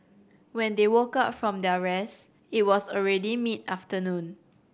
when they woke up from their rest it was already mid afternoon